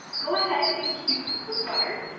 go ahead and cube the butter.